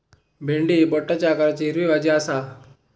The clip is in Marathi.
भेंडी ही बोटाच्या आकाराची हिरवी भाजी आसा